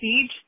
Siege